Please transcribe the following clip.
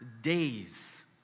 days